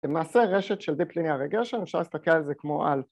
‫למעשה, רשת של Deep Linear Regression, ‫אפשר לסתכל על זה כמו על...